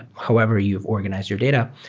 however you've organized your data,